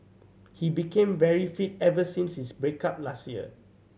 he became very fit ever since his break up last year